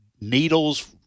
needles